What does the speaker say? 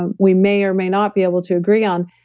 and we may or may not be able to agree on,